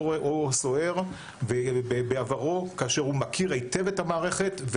או סוהר בעברו כאשר הוא מכיר היטב את המערכת,